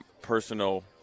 personal